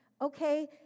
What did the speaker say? okay